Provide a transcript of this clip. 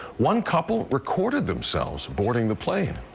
one couple recorded themselves boarding the plane.